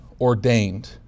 ordained